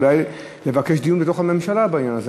אולי לבקש דיון בממשלה בעניין הזה?